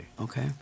Okay